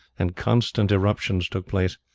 and constant irruptions took place.